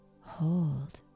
hold